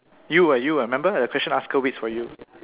you ah you ah remember the question asker waits for you